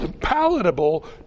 palatable